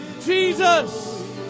Jesus